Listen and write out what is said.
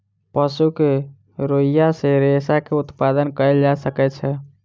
पशु के रोईँयाँ सॅ रेशा के उत्पादन कयल जा सकै छै